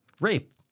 Rape